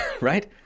right